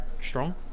strong